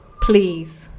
Please